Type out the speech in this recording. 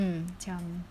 mm macam